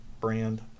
brand